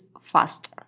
faster